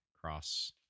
cross